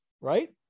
Right